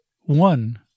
one